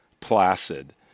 placid